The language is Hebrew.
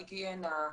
על היגיינה,